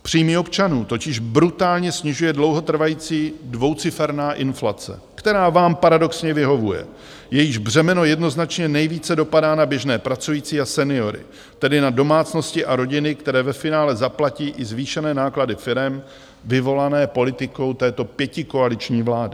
Příjmy občanů totiž brutálně snižuje dlouhotrvající dvouciferná inflace, která vám paradoxně vyhovuje, jejíž břemeno jednoznačně nejvíce dopadá na běžné pracující a seniory, tedy na domácnosti a rodiny, které ve finále zaplatí i zvýšené náklady firem vyvolané politikou této pětikoaliční vlády.